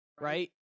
right